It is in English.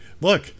Look